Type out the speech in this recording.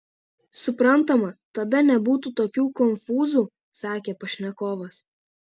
suprantama tada nebūtų tokių konfūzų sakė pašnekovas